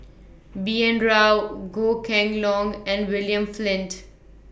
B N Rao Goh Kheng Long and William Flint